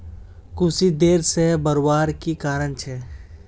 कुशी देर से बढ़वार की कारण छे?